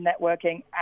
networking